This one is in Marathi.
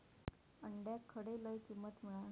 अंड्याक खडे लय किंमत मिळात?